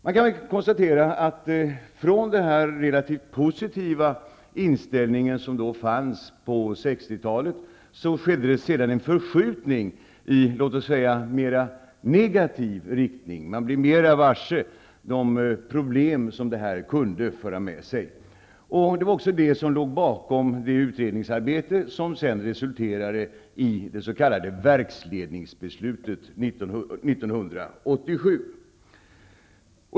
Man kan konstatera att det från den relativt positiva inställning som fanns på 60-talet, har skett en förskjutning i mera negativ riktning. Man blev i större utsträckning varse de problem som detta kunde föra med sig. Det var också det som låg bakom det utredningsarbete som sedan resulterade i det s.k. verksledningsbeslutet 1987.